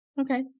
Okay